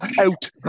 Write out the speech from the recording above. Out